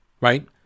right